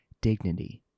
dignity